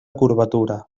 curvatura